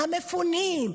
המפונים,